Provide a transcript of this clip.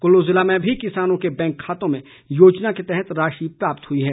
कुल्लू ज़िले में भी किसानों के बैंक खातों में योजना के तहत राशि प्राप्त हुई है